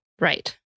Right